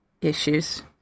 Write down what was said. issues